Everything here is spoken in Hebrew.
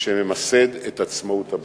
שממסד את עצמאות הבנק.